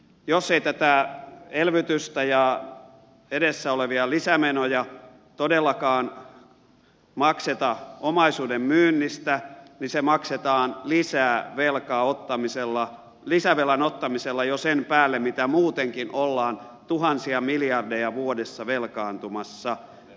jos ei tätä elvytystä ja edessä olevia lisämenoja todellakaan makseta omaisuuden myynnillä niin ne maksetaan lisävelan ottamisella jo sen päälle mitä muutenkin ollaan tuhansia miljardeja vuodessa velkaantumassa